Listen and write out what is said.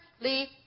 Lee